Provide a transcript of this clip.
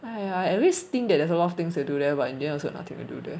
!aiya! I always think that there's a lot of things to do there but in the end also nothing to do there